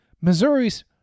Missouri's